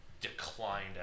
declined